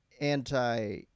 anti-